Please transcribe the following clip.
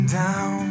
down